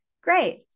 great